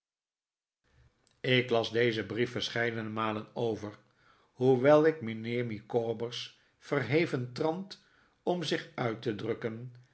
ik las dezen brief verscheidene malen over hoewel ik mijnheer micawber's verheven trant om zich uit te drukken